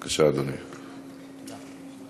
בבקשה, אדוני.